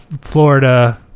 Florida